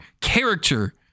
character